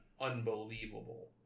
unbelievable